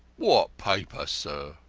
what paper, sir?